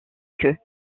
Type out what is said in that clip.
queue